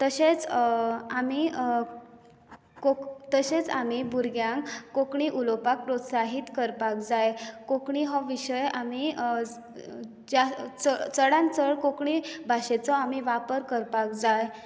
तशेंच आमी कोंक तशेंच आमी भुरग्यांक कोंकणी उलेवपाक प्रोत्साहीत करपाक जाय कोंकणी हो विशय आमी ज्या चडांत चड कोंकणी भाशेचो आमी वापर करपाक जाय